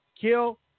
Kill